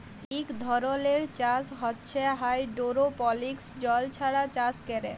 ইক ধরলের চাষ হছে হাইডোরোপলিক্স জল ছাড়া চাষ ক্যরে